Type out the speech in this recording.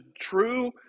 true